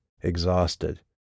exhausted